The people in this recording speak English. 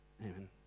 Amen